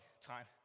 time